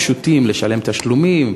פשוטים: לשלם תשלומים,